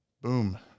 boom